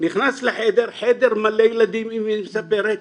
נכנס לחדר, חדר מלא ילדים, אמי מספרת,